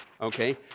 Okay